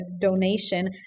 donation